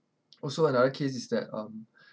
also another case is that um